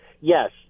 Yes